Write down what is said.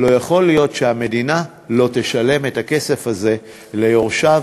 לא יכול להיות שהמדינה לא תשלם את הכסף הזה ליורשיו.